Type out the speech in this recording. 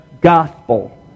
gospel